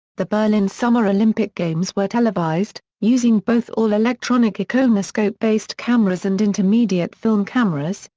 the berlin summer olympic games were televised, using both all-electronic iconoscope-based cameras and intermediate film cameras,